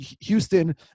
Houston